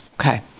Okay